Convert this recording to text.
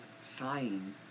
sighing